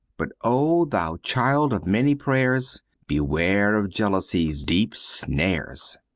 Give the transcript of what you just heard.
but oh! thou child of many pray'rs beware of jealousy's deep snares!